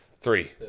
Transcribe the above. Three